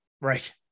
Right